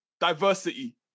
diversity